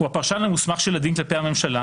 הפרשן המוסמך של הדין כלפי הממשלה,